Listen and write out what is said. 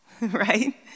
right